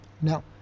Now